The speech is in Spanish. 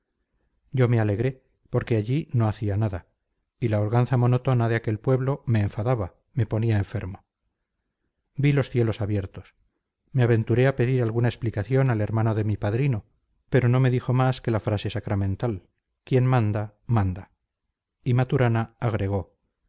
yo me alegré porque allí no hacía nada y la holganza monótona de aquel pueblo me enfadaba me ponía enfermo vi los cielos abiertos me aventuré a pedir alguna explicación al hermano de mi padrino pero no me dijo más que la frase sacramental quien manda manda y maturana agregó